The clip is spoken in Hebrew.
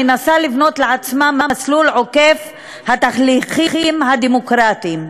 מנסה לבנות לעצמה מסלול עוקף התהליכים הדמוקרטיים.